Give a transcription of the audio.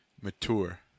mature